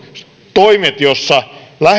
toimet joilla